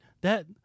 That-